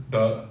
the